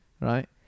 right